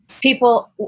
People